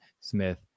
smith